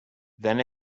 then